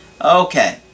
Okay